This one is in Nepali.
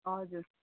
हजुर